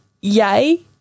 yay